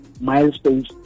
milestones